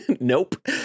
Nope